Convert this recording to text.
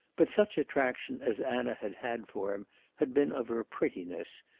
but such attraction as anna had had for him had been of her prettiness,